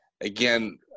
again